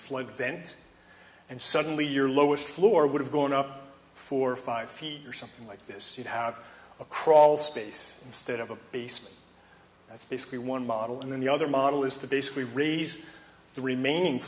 flood event and suddenly your lowest floor would have gone up four or five feet or something like this you have a crawl space instead of a piece that's basically one model and then the other model is to basically raise the remaining